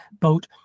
boat